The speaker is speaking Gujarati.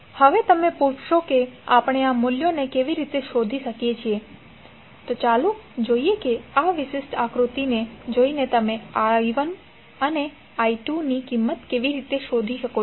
હવે તમે પૂછશો કે આપણે આ મૂલ્યોને કેવી રીતે શોધી શકીએ છીએ તો ચાલો જોઈએ કે આ વિશિષ્ટ આકૃતિને જોઈને તમે i1 અને i2 ની કિંમત કેવી રીતે શોધી શકો છો